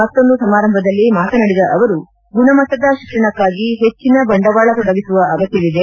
ಮತ್ತೊಂದು ಸಮಾರಂಭದಲ್ಲಿ ಮಾತನಾಡಿದ ಅವರು ಗುಣಮಟ್ಟದ ಶಿಕ್ಷಣಕಾಗಿ ಹೆಚ್ಚಿನ ಬಂಡವಾಳ ತೊಡಗಿಸುವ ಅಗತ್ತವಿದೆ